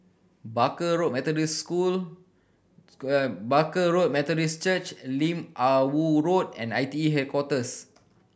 Barker Road Methodist School Barker Road Methodist Church Lim Ah Woo Road and I T E Headquarters